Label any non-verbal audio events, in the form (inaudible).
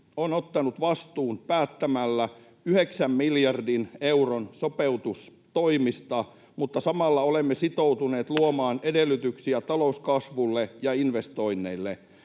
on ottanut vastuun päättämällä yhdeksän miljardin euron sopeutustoimista, mutta samalla olemme sitoutuneet luomaan (noise) edellytyksiä talouskasvulle ja investoinneille.